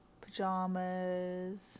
Pajamas